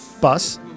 bus